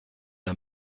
der